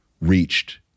reached